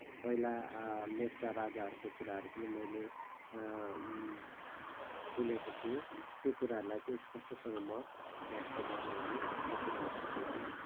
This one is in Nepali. पहिला लेप्चा राजाहरूको कुराहरू पनि मैले सुनेको थिएँ ती कुराहरूलाई चाहिँ स्पष्टसँग म व्यक्त गर्न भने सकिरहेको छुइनँ